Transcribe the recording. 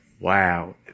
wow